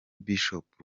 bishop